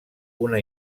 una